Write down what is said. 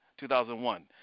2001